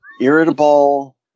irritable